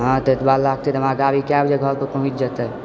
हँ तऽ एतबा लागतै तऽ हमरा गाड़ी कए बजे हमरा घर पऽ पहुँच जेतै